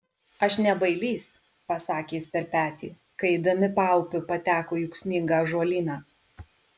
aš ne bailys pasakė jis per petį kai eidami paupiu pateko į ūksmingą ąžuolyną